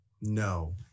no